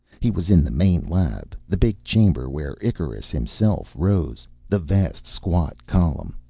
he was in the main lab, the big chamber where icarus himself rose, the vast squat column.